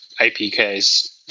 apk's